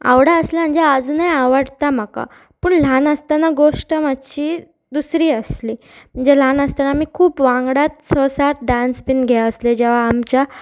आवडा आसले म्हणजे आजुनूय आवडटा म्हाका पूण ल्हान आसतना गोश्ट मातशी दुसरी आसली म्हणजे ल्हान आसतना मी खूब वांगडाच स सात डांस बीन घे आसले जेव आमच्या